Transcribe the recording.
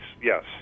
Yes